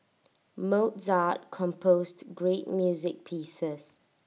Mozart composed great music pieces